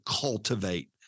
cultivate